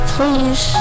Please